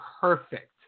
perfect